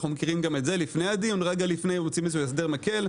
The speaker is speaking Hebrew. אנחנו מכירים גם את זה רגע לפני הדיון הם רוצים איזשהו הסדר מקל.